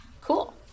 Cool